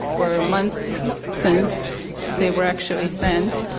were months since they were actually sent.